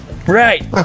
Right